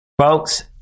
Folks